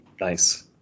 Nice